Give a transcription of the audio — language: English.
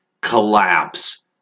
collapse